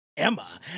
Emma